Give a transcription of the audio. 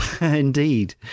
indeed